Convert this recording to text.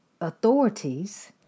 authorities